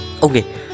Okay